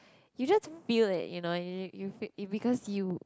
you don't feel that you know you you fell it's because you